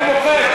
אני מוחק,